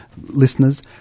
listeners